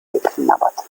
geknabbert